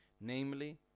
namely